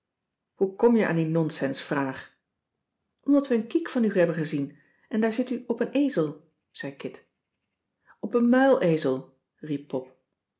hoe kom je aan die nonsens vraag omdat we een kiek van u hebben gezien en daar zit u op een ezel zei kit op een muilezel riep pop